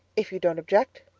if you don't object.